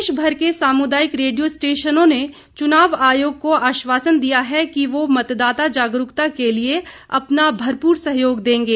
देशभर के सामुदायिक रेडियो स्टेशनों ने चुनाव आयोग को आश्वासन दिया है वो मतदाता जागरूकता के लिए अपना भरपूर सहयोग देंगे